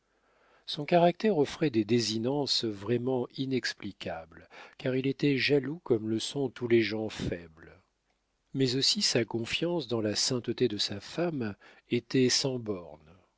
son caractère offrait des désinences vraiment inexplicables car il était jaloux comme le sont tous les gens faibles mais aussi sa confiance dans la sainteté de sa femme était sans bornes